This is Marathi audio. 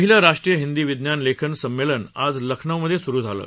पहिलं राष्ट्रीय हिंदी विज्ञान लेखक संमेलन आज लखनौमधे सुरु झालं